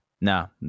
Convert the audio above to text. no